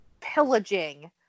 pillaging